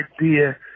idea